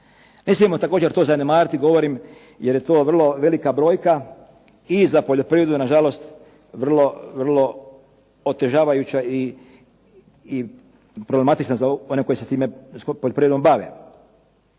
Ne smijemo također to zanemariti, govorim jer je to vrlo velika brojka i za poljoprivredu je nažalost vrlo otežavajuća i problematična za one koji se s time poljoprivredom bave.